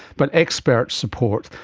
but expert support,